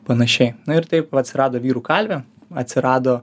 panašiai na ir taip atsirado vyrų kalvė atsirado